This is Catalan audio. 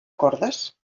cordes